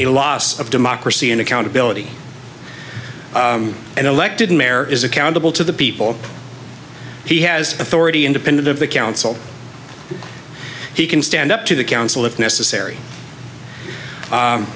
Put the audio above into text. a loss of democracy and accountability an elected mayor is accountable to the people he has authority independent of the counts he can stand up to the council if necessary